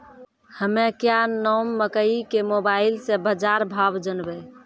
हमें क्या नाम मकई के मोबाइल से बाजार भाव जनवे?